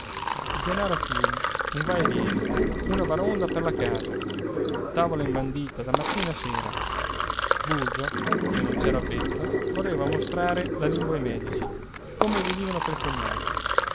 il denaro a fiumi un va e vieni una baraonda per la casa tavola imbandita da mattina a sera burgio che non c'era avvezzo correva a mostrare la lingua ai medici come venivano pel cognato